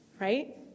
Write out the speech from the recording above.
right